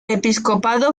episcopado